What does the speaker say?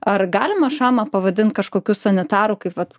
ar galima šamą pavadint kažkokiu sanitaru kaip vat